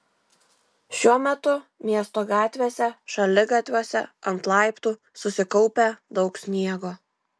šiuo metu miesto gatvėse šaligatviuose ant laiptų susikaupę daug sniego